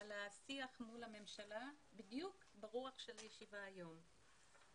על השיח מול הממשלה בדיוק ברוח הישיבה היום.